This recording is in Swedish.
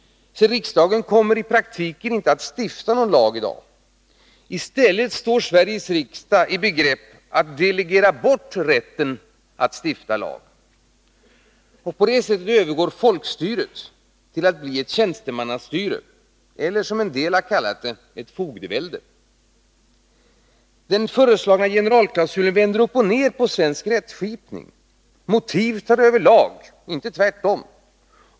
Riksdagen kommer i praktiken icke att stifta någon lag i dag. I stället står Sveriges riksdag i begrepp att delegera bort rätten att stifta lag. På det sättet övergår folkstyret till att bli ett tjänstemannastyre — eller som en del har kallat det: ett fogdevälde. Den föreslagna generalklausulen vänder upp och ner på svensk rättsskipning. Motiv tar över lag, inte tvärtom.